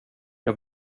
jag